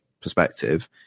perspective